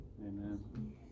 Amen